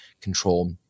control